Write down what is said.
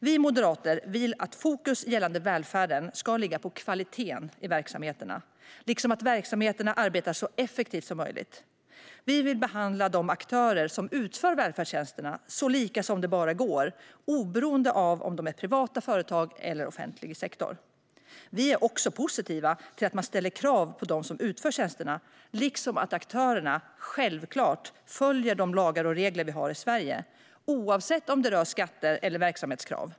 Vi moderater vill att fokus när det gäller välfärden ska ligga på kvaliteten i verksamheterna, liksom på att verksamheterna ska arbeta så effektivt som möjligt. Vi vill behandla de aktörer som utför välfärdstjänsterna så lika det bara går, oberoende av om de är privata företag eller offentlig sektor. Vi är också positiva till att man ställer krav på dem som utför tjänsterna. Och aktörerna ska självklart följa de lagar och regler vi har i Sverige, oavsett om det rör sig om skatter eller verksamhetskrav.